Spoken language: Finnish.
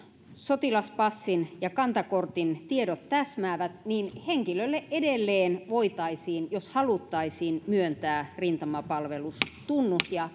sotilaspassin ja kantakortin tiedot täsmäävät niin henkilölle edelleen voitaisiin jos haluttaisiin myöntää rintamapalvelustunnus